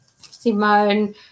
Simone